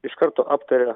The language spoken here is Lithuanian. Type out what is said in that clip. iš karto aptaria